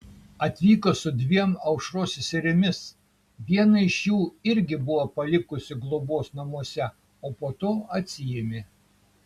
atvyko su dviem aušros seserimis vieną iš jų irgi buvo palikusi globos namuose o po to atsiėmė